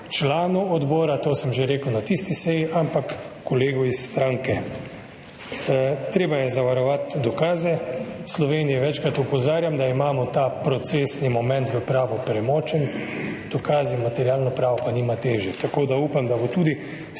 članu odbora, to sem že na tisti seji rekel, ampak kolegu iz stranke. Treba je zavarovati dokaze. V Sloveniji večkrat opozarjam, da imamo ta procesni moment v pravu premočen, dokazi, materialno pravo pa nimajo teže. Upam, da se bo tudi